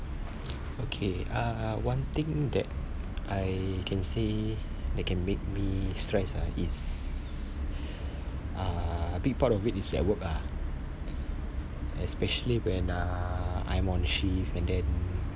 okay uh one thing that I can say that can make me stress ah is uh big part of it is at work ah especially when uh I'm on shift and then